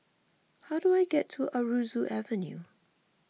how do I get to Aroozoo Avenue